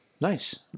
Nice